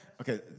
okay